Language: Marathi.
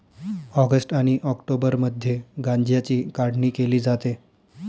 ऑगस्ट आणि ऑक्टोबरमध्ये गांज्याची काढणी केली जाते